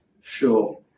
Sure